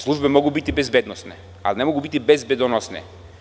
Službe mogu biti bezbednosne, ali ne mogu biti „bezbedonosne“